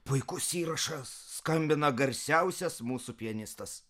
puikus įrašas skambina garsiausias mūsų pianistas